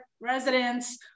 residents